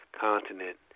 continent